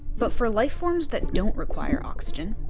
but for life forms that don't require oxygen,